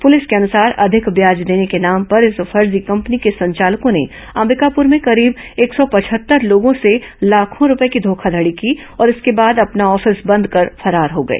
police के अनुसार अधिक ब्याज देने के नाम पर इस फर्जी कंपनी के संचालकों ने अंबिकापुर में करीब एक सौ पचहत्तर लोगों से लाखों रूपये की धोखाधड़ी की और इसके बाद अपना ऑफिस बंद कर फरार हो गए